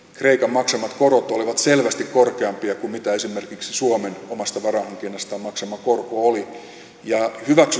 maksamat korot olivat selvästi korkeampia kuin mitä esimerkiksi suomen omasta varainhankinnastaan maksama korko oli hyväksyn kyllä